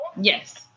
Yes